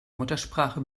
muttersprache